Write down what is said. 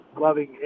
loving